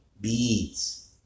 beads